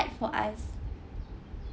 for us